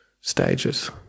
stages